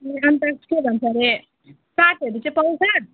के भन्छ अरे चाटहरू पाउँछ